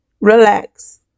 relax